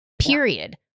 period